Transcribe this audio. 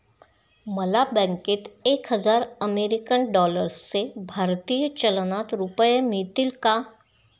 मला बँकेत एक हजार अमेरीकन डॉलर्सचे भारतीय चलनात रुपये मिळतील का?